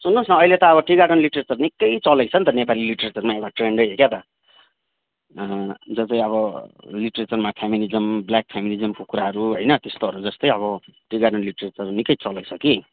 सुन्नुहोस् न अहिले त टी गार्डन लिटरेचर निक्कै चलेको छ नि त नेपाली लिटरेचरमा एउटा ट्रेन्डै क्या त जस्तै अब लिटरेचरमा फ्यामिनिज्म ब्ल्याक फ्यामिनिज्मको कुराहरू होइन त्यस्तोहरू जस्तै अब टी गार्डन लिटरेचर निक्कै चलेको छ कि